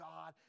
God